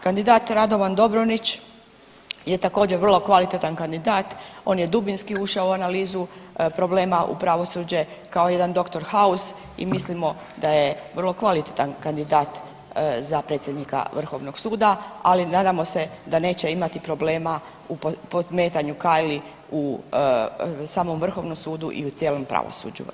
Kandidat Radovan Dobronić je također vrlo kvalitetan kandidat, on je dubinski ušao u analizu problema u pravosuđe kao jedan dr. House i mislimo da je vrlo kvalitetan kandidat za predsjednika Vrhovnog suda, ali nadamo se da neće imati problema u podmetanju kajli samom Vrhovnom sudu i u cijelom pravosuđu.